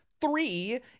Three